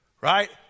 right